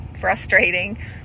frustrating